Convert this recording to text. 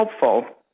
helpful